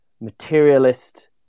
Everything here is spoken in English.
materialist